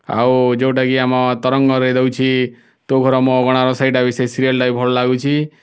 ଆଉ ଯେଉଁଟା କି ଆମ ତରଙ୍ଗରେ ଦେଉଛି ତୋ ଘର ମୋ ଅଗଣାର ସେଇଟା ବି ସେ ସିରିଏଲ୍ଟା ବି ଭଲ ଲାଗୁଛି